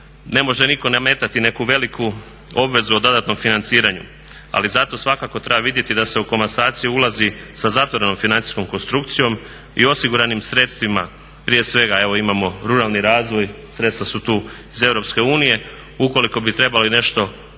ne može nitko nametati neku veliku obvezu o dodatnom financiranju, ali zato svakako treba vidjeti da se u komasaciju ulazi sa zatvorenom financijskom konstrukcijom i osiguranim sredstvima, prije svega imamo ruralni razvoj, sredstva su tu iz EU, ukoliko bi trebali nešto potpore